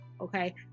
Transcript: okay